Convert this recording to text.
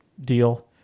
deal